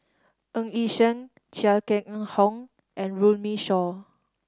Ng Yi Sheng Chia Keng Ng Hock and Runme Shaw